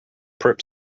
prep